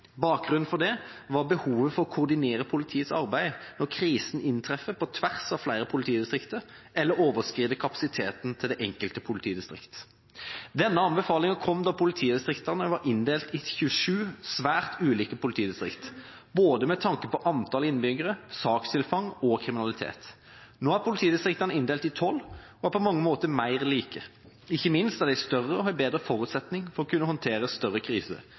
Bakgrunnen for det var behovet for å koordinere politiets arbeid når krisen inntreffer på tvers av flere politidistrikter, eller overskrider kapasiteten til det enkelte politidistrikt. Denne anbefalinga kom da politidistriktene var inndelt i 27 svært ulike politidistrikt, med tanke på både antall innbyggere, sakstilfang og kriminalitet. Nå er politidistriktene inndelt i 12 og er på mange måter mer like. Ikke minst er de større og har bedre forutsetning for å kunne håndtere større kriser,